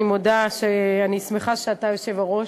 אני מודה שאני שמחה שאתה היושב-ראש,